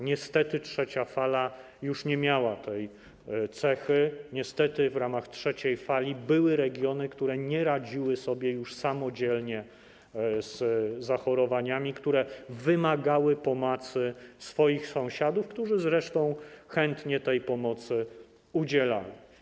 Niestety trzecia fala już nie miała tej cechy, niestety w ramach trzeciej fali były regiony, które nie radziły sobie już samodzielnie z zachorowaniami, które wymagały pomocy swoich sąsiadów, którzy zresztą chętnie tej pomocy udzielali.